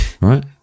right